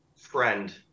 friend